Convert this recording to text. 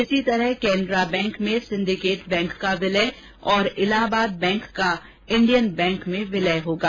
इसी तरह केनरा बैंक में सिंडीकेट बैंक का विलय और इलाहाबाद बैंक का इंडियन बैंक में विलय होगा